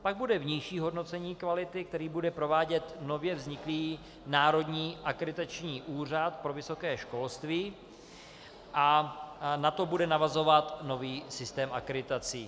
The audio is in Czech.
Pak bude vnější hodnocení kvality, které bude provádět nově vzniklý Národní akreditační úřad pro vysoké školství, a na to bude navazovat nový systém akreditací.